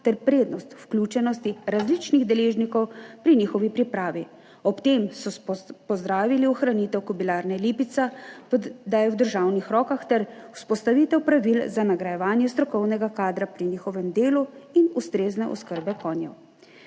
ter prednost vključenosti različnih deležnikov pri njihovi pripravi. Ob tem so pozdravili ohranitev Kobilarne Lipica, da je v državnih rokah, ter vzpostavitev pravil za nagrajevanje strokovnega kadra pri njihovem delu in ustrezne oskrbe konj.